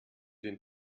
den